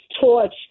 torch –